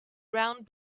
round